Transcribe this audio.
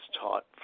taught